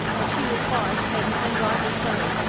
but she will fight, and and rightly so.